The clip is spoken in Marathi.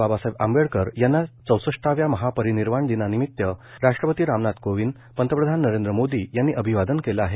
बाबासाहेब आंबेडकर यांना चौसष्टाव्या महापरिनिर्वाण दिनानिमित राष्ट्रपती रामनाथ कोविंद पंतप्रधान नरेंद्र मोदी यांनी अभिवादन केलं आहे